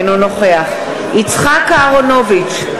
אינו נוכח יצחק אהרונוביץ,